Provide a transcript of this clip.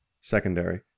Secondary